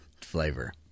flavor